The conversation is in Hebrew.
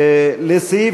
לסעיף